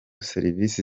serivisi